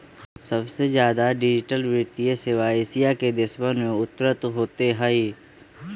सबसे ज्यादा डिजिटल वित्तीय सेवा एशिया के देशवन में उन्नत होते हई